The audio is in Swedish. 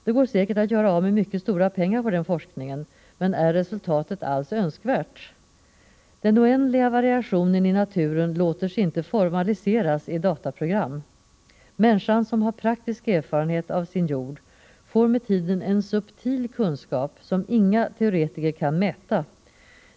Det går säkert att göra av med mycket stora pengar på den forskningen, men är resultatet alls önskvärt? Den oändliga variationen i naturen låter sig inte formaliseras i dataprogram. Människan som har praktisk erfarenhet av sin jord får med tiden en subtil kunskap, som inga teoretiker kan mäta.